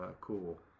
cool